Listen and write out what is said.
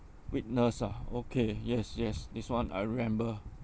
witness ah okay yes yes this one I remember